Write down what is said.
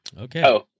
Okay